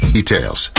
Details